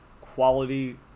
quality